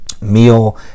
meal